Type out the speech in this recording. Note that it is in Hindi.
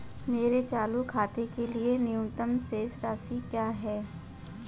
मेरे चालू खाते के लिए न्यूनतम शेष राशि क्या है?